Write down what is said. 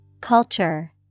Culture